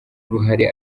uruhare